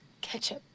Ketchup